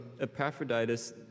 Epaphroditus